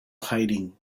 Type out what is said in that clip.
hiding